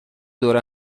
دور